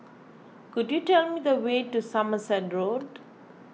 could you tell me the way to Somerset Road